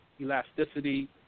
elasticity